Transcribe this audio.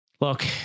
Look